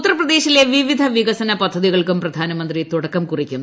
ഉത്തർപ്രദേശിലെ വിവിധ വികസന പദ്ധതികൾക്കും പ്രധാനമന്ത്രി തുടക്കം കുറിക്കും